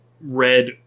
red